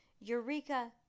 eureka